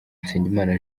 nsengimana